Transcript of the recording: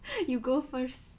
you go first